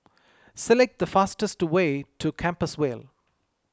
select the fastest way to Compassvale